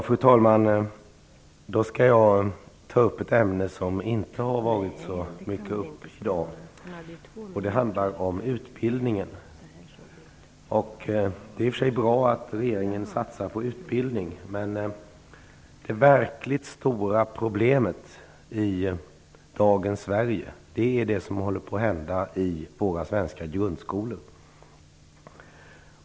Fru talman! Jag skall ta upp ett ämne som inte tagits upp särskilt mycket i dag: utbildningen. Det är i och för sig bra att regeringen satsar på utbildning, men det verkligt stora problemet i dagens Sverige är det som håller på att hända i våra svenska grundskolor.